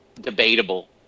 debatable